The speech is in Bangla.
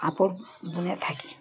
কাপড় বুনে থাকি